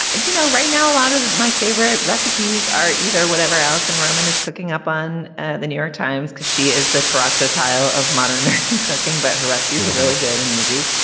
you know, right now a lot of my favorite recipes are either whatever else and roman is cooking up on the new york times cause she is the toronto tile of modern american cooking, but her recipes are really good and easy.